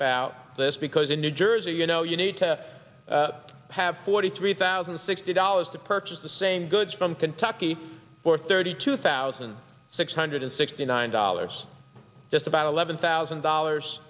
about this because in new jersey you know you need to have forty three thousand and sixty dollars to purchase the same goods from kentucky for thirty two thousand six hundred sixty nine dollars just about eleven thousand dollars